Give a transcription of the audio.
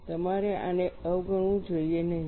તમારે આને અવગણવું જોઈએ નહીં